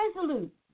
resolute